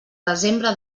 desembre